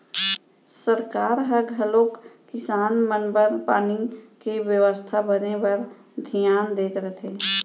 सरकार ह घलौक किसान मन बर पानी के बेवस्था बर बने धियान देत रथे